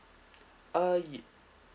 uh